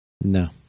No